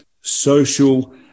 social